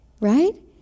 Right